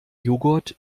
joghurt